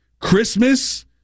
Christmas